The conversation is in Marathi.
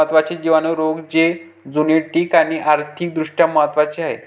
महत्त्वाचे जिवाणू रोग जे झुनोटिक आणि आर्थिक दृष्ट्या महत्वाचे आहेत